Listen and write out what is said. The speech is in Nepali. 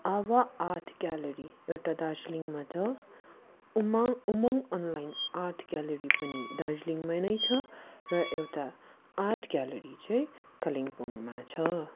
आभा आर्ट ग्यालेरी एउटा डार्जिलिङमा छ Uma Umang online art gallery पनि दार्जिलिङमा नै छ र एउटा आर्ट ग्यालेरी चाहिँ कालिम्पोङमा छ